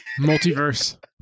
Multiverse